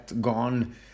gone